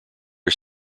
are